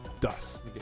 dust